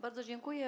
Bardzo dziękuję.